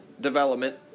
development